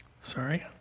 Sorry